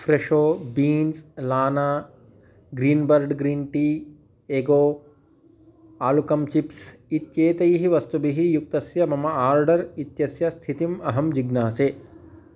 Fresho beans लाना green bird green tea एगो आलुकम् चिप्स् इत्येतैः वस्तुभिः युक्तस्य मम आर्डर् इत्यस्य स्थितिम् अहं जिज्ञासे